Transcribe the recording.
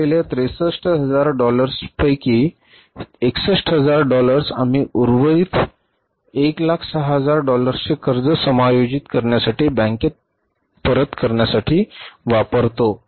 शिल्लक असलेल्या 63000 डॉलर्स पैकी 61000 डॉलर्स आम्ही उर्वरित 106000 डॉलर्सचे कर्ज समायोजित करण्यासाठी बँकेत परत करण्यासाठी वापरतो